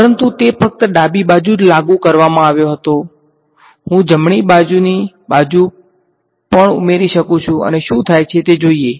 પરંતુ તે ફક્ત ડાબી બાજુ જ લાગુ કરવામાં આવ્યો હતોહું જમણી બાજુની બાજુ પણ ઉમેરી શકું છું અને શું થાય છે તે જોઈએ